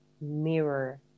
mirror